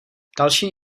další